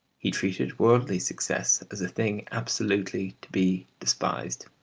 he treated worldly success as a thing absolutely to be despised.